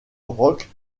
rock